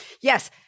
yes